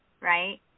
right